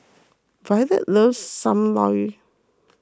Violet loves Sam Lau